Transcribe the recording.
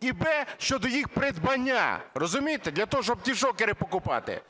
і б) щодо їх придбання, розумієте, для того, щоб ті шокери купувати.